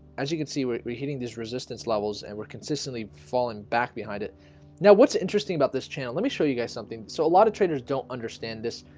as you can see we're we're hitting these resistance levels, and we're consistently falling back behind it now. what's interesting about this channel let me show you guys something so a lot of trainers don't understand this,